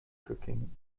cooking